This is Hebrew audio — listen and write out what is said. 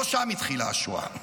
לא שם התחילה השואה.